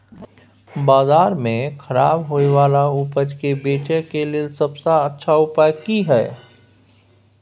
बाजार में खराब होय वाला उपज के बेचय के लेल सबसे अच्छा उपाय की हय?